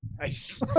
Nice